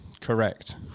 Correct